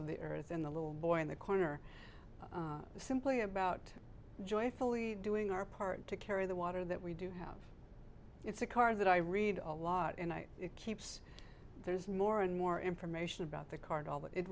of the earth in the little boy in the corner simply about joyfully doing our part to carry the water that we do have it's a car that i read a lot and i it keeps there's more and more information about the car and all that it